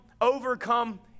overcome